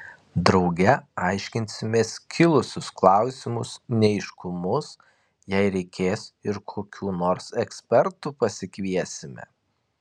drauge aiškinsimės kilusius klausimus neaiškumus jei reikės ir kokių nors ekspertų pasikviesime